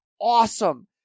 awesome